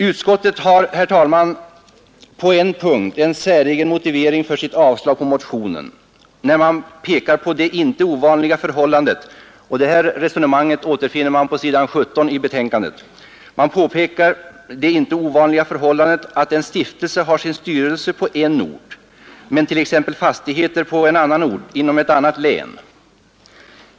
Utskottets majoritet har på en punkt en säregen motivering för sitt avstyrkande av motionen, när man pekar på det inte ovanliga förhållandet — detta resonemang återfinns på s. 17 i betänkandet — att en stiftelse har sin styrelse på en ort men t.ex. fastigheter på en annan ort inom ett annat län.